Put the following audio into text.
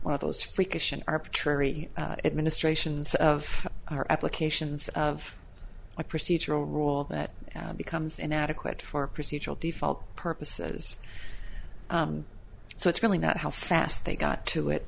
one of those freakish an arbitrary administrations of our applications of a procedural rule that becomes inadequate for procedural default purposes so it's really not how fast they got to it